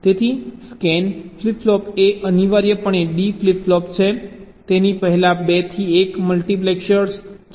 તેથી scan flip flop એ અનિવાર્યપણે D ફ્લિપ ફ્લોપ છે તેની પહેલા 2 થી 1 મલ્ટિપ્લેક્સર છે